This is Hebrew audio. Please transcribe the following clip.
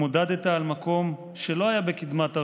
התמודדת על מקום שלא היה בקדמת הרשימה,